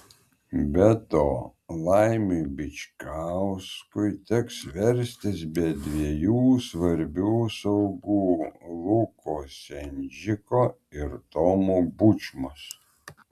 be to laimiui bičkauskui teks verstis be dviejų svarbių saugų luko sendžiko ir tomo bučmos